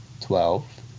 twelve